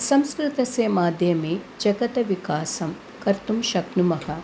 संस्कृतस्य माध्यमेन जगतः विकासं कर्तुं शक्नुमः